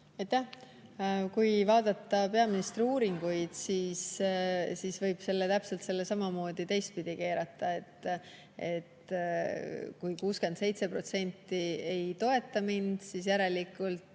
Aitäh! Kui vaadata peaministriuuringuid, siis võib selle täpselt samamoodi teistpidi keerata: kui 67% ei toeta mind, siis järelikult